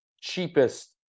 cheapest